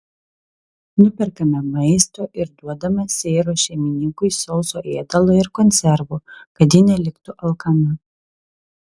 nuperkame maisto ir duodame seiros šeimininkui sauso ėdalo ir konservų kad ji neliktų alkana